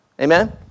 Amen